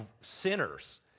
sinners